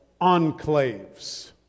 enclaves